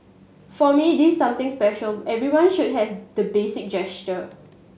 for me this something special everyone should have the basic gesture